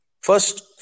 First